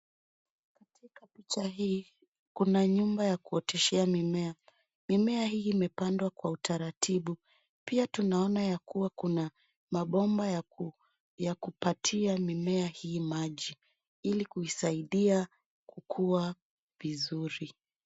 Katika picha hii, kuna nyumba ya kuoteshea mimea. Mimea hii imepandwa kwa utaratibu. Pia tunaona ya kua kuna mabomba ya kupatia mimea hii maji, ili kuisaidia kukua vizuri.